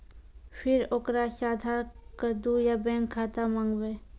फिर ओकरा से आधार कद्दू या बैंक खाता माँगबै?